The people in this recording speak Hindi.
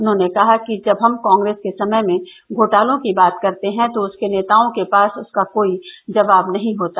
उन्होंने कहा कि जब हम कॉग्रेस के समय में घोटालों की बात करते हैं तो उसके नेताओं के पास उसका कोई जवाब नही होता